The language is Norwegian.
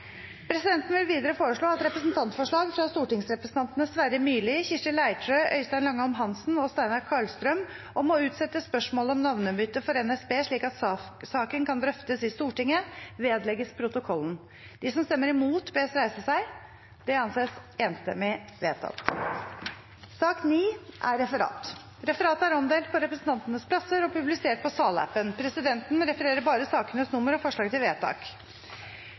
Presidenten vil foreslå at forslaget fremsatt av representantene Sverre Myrli, Kirsti Leirtrø, Øystein Langholm Hansen og Steinar Karlstrøm i Dokument 8:101 S for 2018–2019, om å utsette spørsmålet om navnebytte for NSB slik at saken kan drøftes i Stortinget – vedlegges protokollen. – Det er enstemmig vedtatt. Dermed er dagens kart ferdigbehandlet. Forlanger noen ordet før møtet heves? – Møtet er